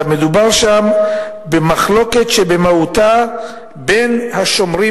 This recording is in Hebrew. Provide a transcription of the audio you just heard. אלא מדובר במחלוקת שבמהותה היא בין השומרים